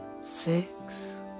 six